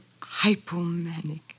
hypomanic